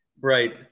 Right